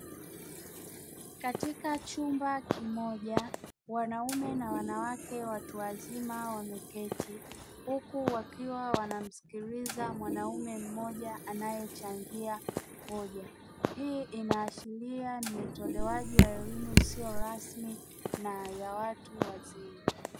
Katika chumba kimoja wanaume na wanawake watu wazima wameketi huku wakiwa wanamsikiliza mwanaume mmoja anayechangia hoja. Hii inaashiria ni utolewaji wa elimu isiyo rasmi na ya watu wazima.